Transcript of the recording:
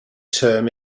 term